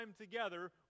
together